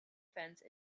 fence